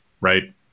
Right